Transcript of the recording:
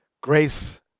grace